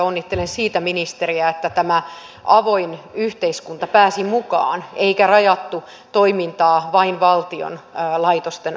onnittelen siitä ministeriä että tämä avoin yhteiskunta pääsi mukaan eikä rajattu toimintaa vain valtion laitosten alle